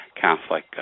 Catholic